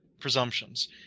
presumptions